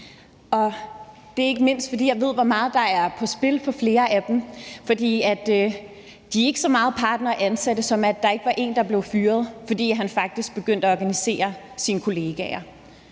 det er ikke mindst, fordi jeg ved, hvor meget der er på spil for flere af dem. For de er ikke mere partnere og ansatte, end at der var en, der blev fyret, fordi han faktisk begyndte at organisere sine kollegaer,